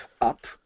up